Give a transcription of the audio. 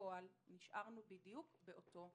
בפועל נשארנו בדיוק באותו מקום.